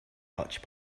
hotch